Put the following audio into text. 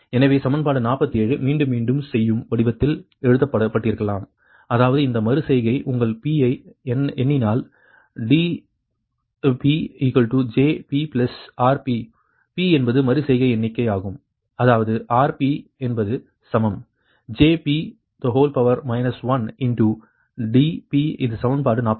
எனவே சமன்பாடு 47 மீண்டும் மீண்டும் செய்யும் வடிவத்தில் எழுதப்பட்டிருக்கலாம் அதாவது எந்த மறு செய்கை உங்கள் p ஐ எண்ணினால் D JR p என்பது மறு செய்கை எண்ணிக்கை ஆகும் அதாவது Rஎன்பது சமம் J 1 D இது சமன்பாடு 48